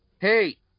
Hey